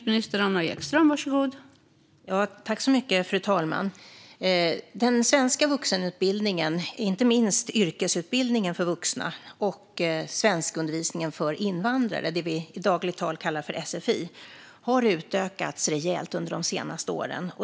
Fru talman! Den svenska vuxenutbildningen, inte minst yrkesutbildningen för vuxna och svenskundervisningen för invandrare och som vi i dagligt tal kallar för sfi, har utökats rejält under de senaste åren.